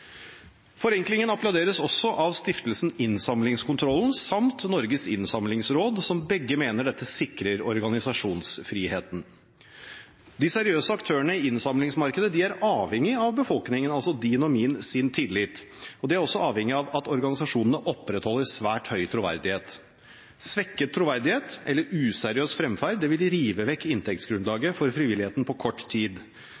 Forenklingen applauderes også av Stiftelsen Innsamlingskontrollen samt Norges Innsamlingsråd, som begge mener at dette sikrer organisasjonsfriheten. De seriøse aktørene i innsamlingsmarkedet er avhengig av befolkningen, altså din og min tillit. De er også avhengig av at organisasjonene opprettholder svært høy troverdighet. Svekket troverdighet eller useriøs fremferd vil rive vekk inntektsgrunnlaget for frivilligheten på kort tid.